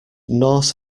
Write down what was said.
norse